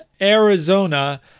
Arizona